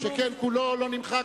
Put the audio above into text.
שכן כולו לא נמחק,